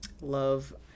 Love